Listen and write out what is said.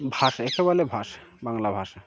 ভাষা একে বলে ভাষা বাংলা ভাষা